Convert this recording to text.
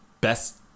best